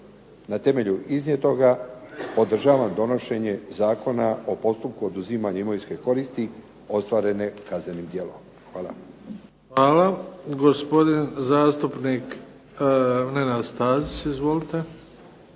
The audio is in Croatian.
Na temelju iznijetoga, podržavam donošenje Zakona o postupku oduzimanja imovinske koristi ostvarene kaznenim djelom. Hvala. **Bebić, Luka (HDZ)** Hvala. Gospodin zastupnik Nenad Stazić. Izvolite.